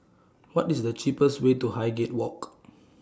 What IS The cheapest Way to Highgate Walk